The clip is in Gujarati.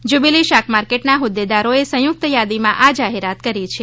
જ્યુબિલી શાક માર્કેટના હોદેદારોએ સંયુક્ત યાદીમાં આ જાહેરાત કરી છે